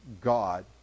God